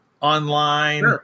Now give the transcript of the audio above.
online